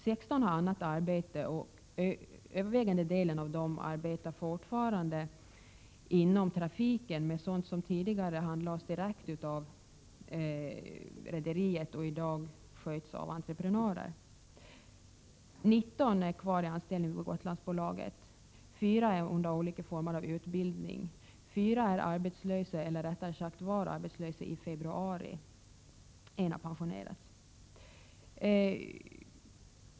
16 har annat arbete, och den övervägande delen av dem arbetar fortfarande inom trafiken med sådant som tidigare handlades direkt av rederiet och i dag sköts av entreprenörer. 19 är kvar i anställning vid Gotlandsbolaget, 4 är under olika former av utbildning, 4 är arbetslösa — eller rättare sagt var arbetslösa i februari —, 1 har pensionerats.